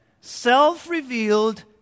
self-revealed